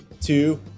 two